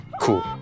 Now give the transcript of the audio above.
cool